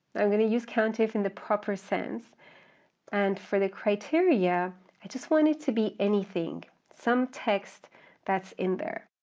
i'm going to use countif in the proper sense and for the criteria i just want it to be anything, some text that's in there.